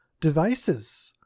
devices